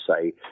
say